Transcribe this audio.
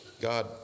God